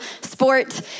sport